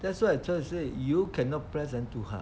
that's why I trying to say you cannot press them too hard